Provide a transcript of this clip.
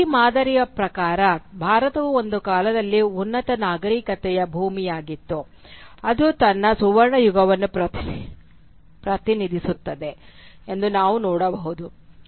ಈ ಮಾದರಿಯ ಪ್ರಕಾರ ಭಾರತವು ಒಂದು ಕಾಲದಲ್ಲಿ ಉನ್ನತ ನಾಗರಿಕತೆಯ ಭೂಮಿಯಾಗಿತ್ತು ಅದು ತನ್ನ ಸುವರ್ಣಯುಗವನ್ನು ಪ್ರತಿನಿಧಿಸುತ್ತದೆ ಎಂದು ನಾವು ನೋಡಬಹುದು